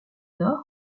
nord